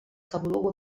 capoluogo